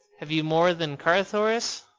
have you more than carthoris?